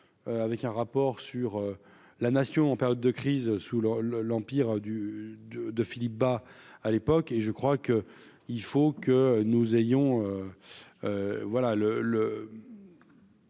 avec un rapport sur la nation en période de crise sous l'eau le l'empire du de de Philippe Bas à l'époque et je crois que il faut que nous ayons